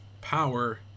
power